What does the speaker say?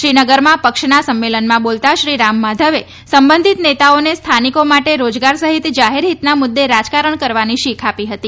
શ્રીનગરમાં પક્ષના સંમેલનમાં બોલતા શ્રી રામ માધવે સંબંધીત નેતાઓને સ્થાનિકો માટે રોજગાર સહિત જાહેર હિતના મુદ્દે રાજકારણ કરવાની શીખ આપી હતી